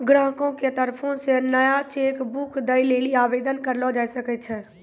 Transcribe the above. ग्राहको के तरफो से नया चेक बुक दै लेली आवेदन करलो जाय सकै छै